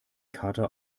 kater